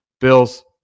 Bills